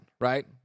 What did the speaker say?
right